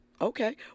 Okay